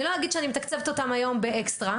אני לא אגיד שאני מתקצבת אותם היום באקסטרה,